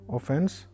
Offense